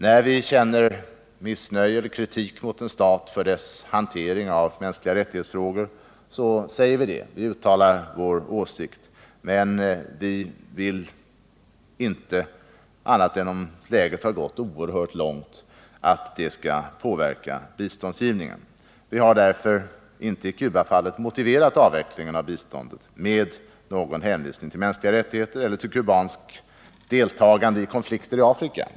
När vi känner missnöje med en stat eller vill uttala kritik för dess hantering av mänskliga rättighetsfrågor, säger vi det. Vi uttalar då vår åsikt, men vi vill inte, i annat läge än om det har gått oerhört långt, att sådant skall påverka vår biståndsgivning. Vi har därför i Cubafallet inte motiverat avvecklingen av biståndet med någon hänvisning till mänskliga rättigheter eller till kubanskt deltagande i konflikter i Afrika.